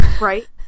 right